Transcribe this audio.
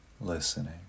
listening